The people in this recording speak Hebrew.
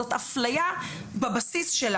זאת אפליה בבסיס.